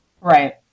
Right